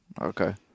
okay